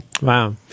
Wow